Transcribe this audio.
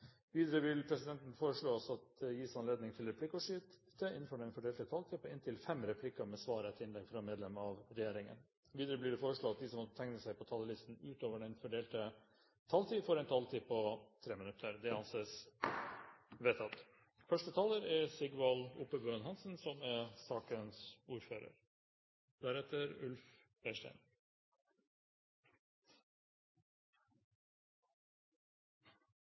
Videre vil presidenten foreslå at det gis anledning til replikkordskifte på inntil fem replikker med svar etter innlegg fra medlem av regjeringen innenfor den fordelte taletid. Videre blir det foreslått at de som måtte tegne seg på talerlisten utover den fordelte taletid, får en taletid på inntil 3 minutter. – Det anses vedtatt. Noen ganger kan man få inntrykk av at politikeres viktigste mål er å være uenige for å være uenige. Da er